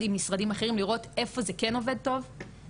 עם משרדים אחרים לראות איפה זה כן עובד טוב,